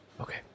Okay